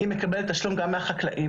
היא מקבלת תשלום גם מהחקלאים.